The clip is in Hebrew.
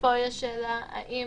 התשי"ד 1954‏; עכשיו יש שאלה האם